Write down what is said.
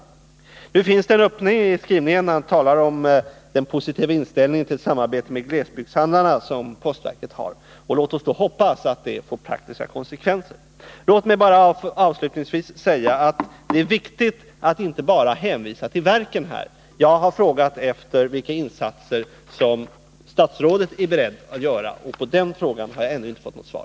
Det finns emellertid en öppning i kommunikationsministerns skrivning i Nr 26 svaret när han talar om den positiva inställning postverket har till ett Tisdagen den samarbete med glesbygdshandlarna, och låt oss därför hoppas att denna 18 november 1980 postverkets inställning får praktiska konsekvenser. Jag vill emellertid avslutningsvis säga att det är viktigt att statrådet inte bara hänvisar till verken — Om vissa färjei det här sammanhanget. Jag har frågat vilka insatser statsrådet är beredd att — och broförbindelgöra, och på den frågan har jag ännu inte fått något svar.